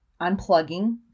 unplugging